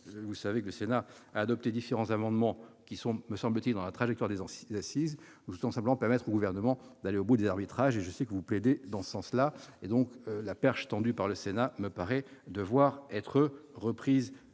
vous le savez, le Sénat a adopté différents amendements s'inscrivant, me semble-t-il, dans la trajectoire de ces assises. Nous souhaitons simplement permettre au Gouvernement d'aller au bout des arbitrages. Je sais que vous plaidez en ce sens : la perche tendue par le Sénat me paraît devoir être saisie